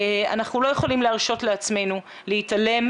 אנחנו לא יכולים להרשות לעצמנו להתעלם